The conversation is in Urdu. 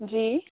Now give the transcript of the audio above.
جی